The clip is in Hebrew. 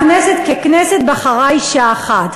הכנסת ככנסת בחרה אישה אחת.